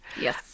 yes